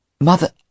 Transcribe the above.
Mother